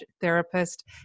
therapist